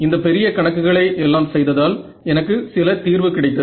இந்த பெரிய கணக்குகளை எல்லாம் செய்ததால் எனக்கு சில தீர்வு கிடைத்தது